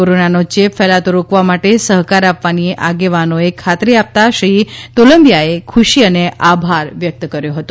કોરોનાનો ચેપ ફેલાતો રોક્વા માટે સહકાર આપવાની આગેવાનોએ ખાતરી આપતાં શ્રી તોલમ્બિયાએ ખુશી અને આભાર વ્યકત કર્યો છે